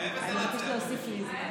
אני מבקשת להוסיף לי זמן.